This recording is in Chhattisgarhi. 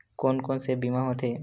कोन कोन से बीमा होथे?